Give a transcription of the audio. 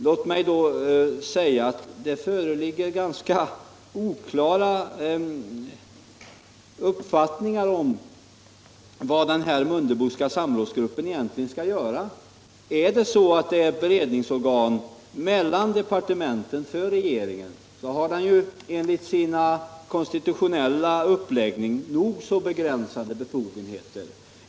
Låt mig då säga att det föreligger ganska oklara uppfattningar om vad den Mundeboska samrådsgruppen egentligen skall göra. Är den ett beredningsorgan mellan departementen för regeringen, så har den ju enligt sin konstitutionella uppläggning nog så begränsade befogenheter.